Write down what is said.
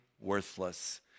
worthless